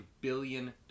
billion